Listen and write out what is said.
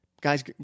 guys